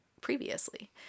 previously